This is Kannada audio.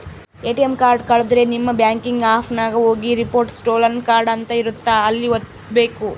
ಎ.ಟಿ.ಎಮ್ ಕಾರ್ಡ್ ಕಳುದ್ರೆ ನಿಮ್ ಬ್ಯಾಂಕಿಂಗ್ ಆಪ್ ನಾಗ ಹೋಗಿ ರಿಪೋರ್ಟ್ ಸ್ಟೋಲನ್ ಕಾರ್ಡ್ ಅಂತ ಇರುತ್ತ ಅಲ್ಲಿ ವತ್ತ್ಬೆಕು